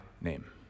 name